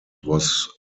was